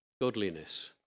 godliness